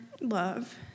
love